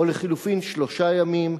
או לחלופין שלושה ימים,